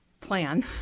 plan